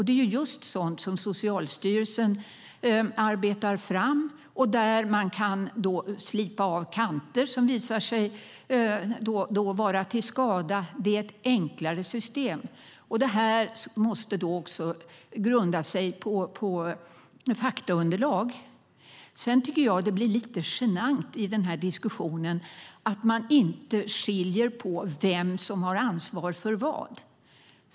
Det är just sådant som Socialstyrelsen arbetar fram och där man kan slipa av kanter som visar sig vara till skada. Det är ett enklare system. Det måste också grunda sig på faktaunderlag. Jag tycker att det blir lite genant i diskussionen att man inte skiljer på vem som har ansvar för vad.